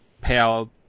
power